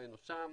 שותפינו שם,